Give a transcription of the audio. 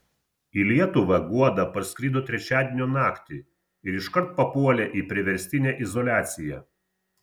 į lietuvą guoda parskrido trečiadienio naktį ir iškart papuolė į priverstinę izoliaciją